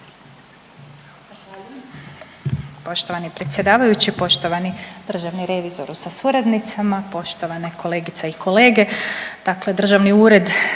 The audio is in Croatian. Poštovani predsjedavajući, poštovani državni revizoru sa suradnicima, poštovane kolegice i kolege, dakle Državni ured